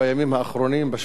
בשבועיים האחרונים,